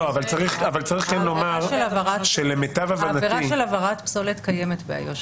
העבירה של הבערת פסולת קיימת באיו"ש,